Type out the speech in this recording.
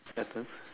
Saturn